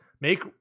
make